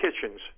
Kitchens